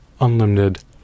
unlimited